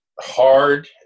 hard